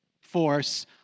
force